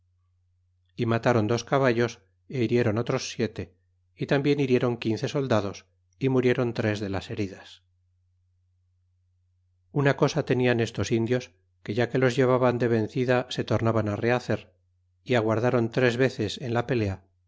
y matron dos caballos y hirieron otros siete y tambien hirieron quince soldados y murieron tres de las heridas una cosa tenian estos indios que ya que los llevaban de vencida se tornaban rehacer y aguadron tres veces en la pe